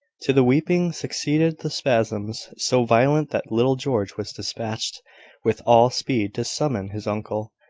to the weeping succeeded the spasms, so violent that little george was despatched with all speed to summon his uncle,